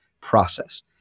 process